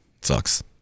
sucks